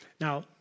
Now